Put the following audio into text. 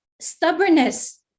stubbornness